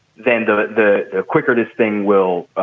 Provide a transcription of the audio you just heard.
then the the quicker this thing will.